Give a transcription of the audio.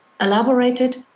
elaborated